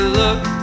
look